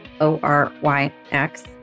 O-R-Y-X